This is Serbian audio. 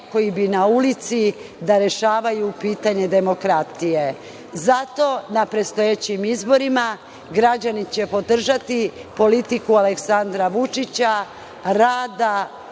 koji bi na ulici da rešavaju pitanje demokratije. Zato na predstojećim izborima, građani će podržati politiku Aleksandra Vučića,